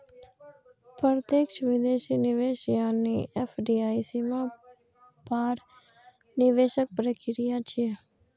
प्रत्यक्ष विदेशी निवेश यानी एफ.डी.आई सीमा पार निवेशक प्रक्रिया छियै